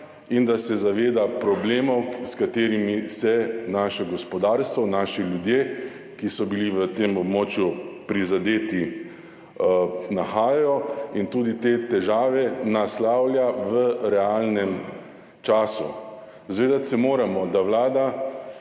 in da se zaveda problemov, s katerimi se soočajo naše gospodarstvo, naši ljudje, ki so bili na tem območju prizadeti, in te težave tudi naslavlja v realnem času. Zavedati se moramo, da Vlada